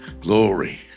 Glory